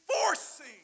forcing